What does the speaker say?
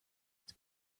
its